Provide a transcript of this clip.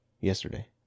Yesterday